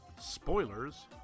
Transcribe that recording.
Spoilers